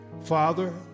Father